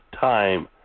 time